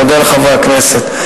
מודה לחברי הכנסת,